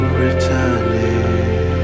returning